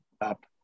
up